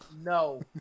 no